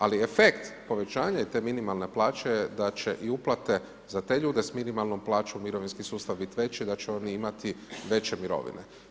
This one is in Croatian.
Ali efekt povećanja te minimalne plaće je da će i uplate za te ljude s minimalnom plaćom mirovinski sustav bit veći da će oni imati veće mirovine.